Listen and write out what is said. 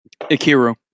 Ikiru